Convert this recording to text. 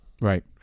Right